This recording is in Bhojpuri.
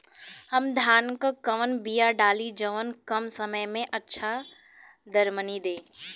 हम धान क कवन बिया डाली जवन कम समय में अच्छा दरमनी दे?